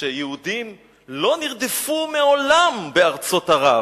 שיהודים לא נרדפו מעולם בארצות ערב.